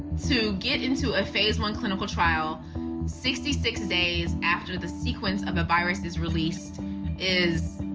to get into a phase-one clinical trial sixty six days after the sequence of a virus is released is,